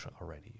already